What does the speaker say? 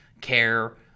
care